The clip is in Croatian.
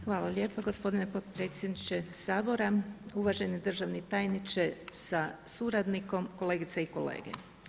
Hvala lijepo gospodine podpredsjedniče Sabora, uvaženi državni tajniče sa suradnikom, kolegice i kolege.